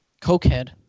Cokehead